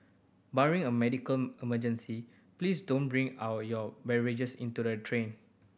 barring a medical emergency please don't bring our your beverages into the train